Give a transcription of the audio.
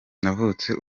navunitse